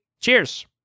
cheers